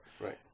Right